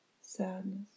sadness